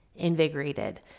invigorated